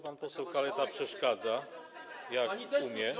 Pan poseł Kaleta przeszkadza, jak umie.